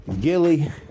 Gilly